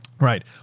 Right